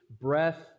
breath